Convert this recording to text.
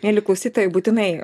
mieli klausytojai būtinai